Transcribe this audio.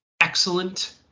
excellent